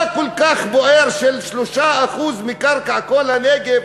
מה כל כך בוער ש-3% מקרקע כל הנגב,